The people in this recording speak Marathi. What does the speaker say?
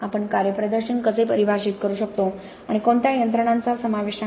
आपण कार्यप्रदर्शन कसे परिभाषित करू शकतो आणि कोणत्या यंत्रणांचा समावेश आहे